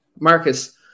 Marcus